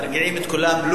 מרגיעים את כולם.